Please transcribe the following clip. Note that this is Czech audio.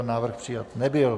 Návrh přijat nebyl.